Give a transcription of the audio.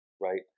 Right